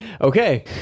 Okay